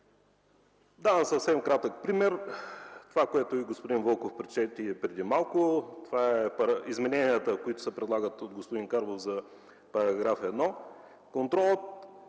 Давам съвсем кратък пример по това, което господин Вълков прочете преди малко. Това са измененията, които се предлагат от господин Карбов за § 1 – контролът